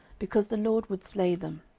because the lord would slay them.